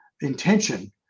intention